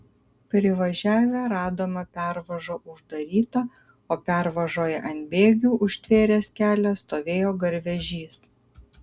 privažiavę radome pervažą uždarytą o pervažoje ant bėgių užtvėręs kelią stovėjo garvežys